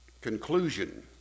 Conclusion